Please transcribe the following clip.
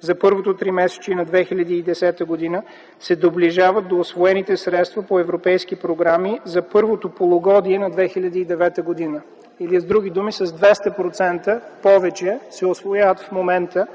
за първото тримесечие на 2010 г. се доближават до усвоените средства по европейски програми за първото полугодие на 2009 г., или с други думи с 200% повече се усвояват в момента